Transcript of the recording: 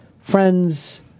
friends